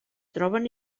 troben